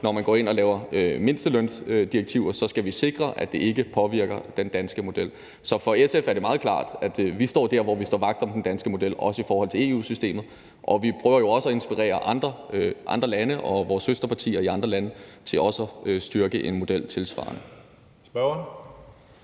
Når man går ind og laver mindstelønsdirektiver, skal vi sikre, at det ikke påvirker den danske model. Så for SF er det meget klart, at vi står der, hvor vi står vagt om den danske model, også i forhold til EU-systemet, og vi prøver jo også at inspirere andre lande og vores søsterpartier i andre lande til at styrke en tilsvarende